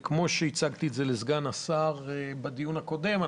וכמו שהצגתי לסגן השר בדיון הקודם,